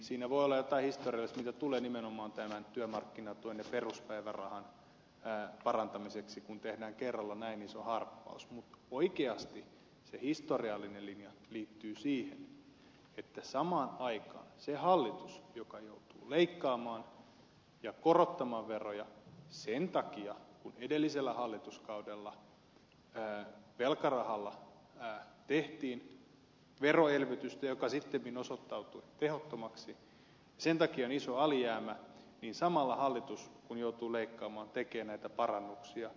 siinä voi olla jotain historiallista mitä tulee nimenomaan tämän työmarkkinatuen ja peruspäivärahan parantamiseen kun tehdään kerralla näin iso harppaus mutta niin kuin sanottu oikeasti se historiallinen linja liittyy siihen että samaan aikaan se hallitus joka joutuu leikkaamaan ja korottamaan veroja sen takia että edellisellä hallituskaudella velkarahalla tehtiin veroelvytystä joka sittemmin osoittautui tehottomaksi ja sen takia on iso alijäämä ja samalla hallitus joutuu leikkaamaan tekee näitä parannuksia